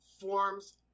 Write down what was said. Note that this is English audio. forms